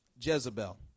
Jezebel